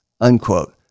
Unquote